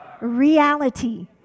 Reality